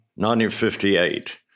1958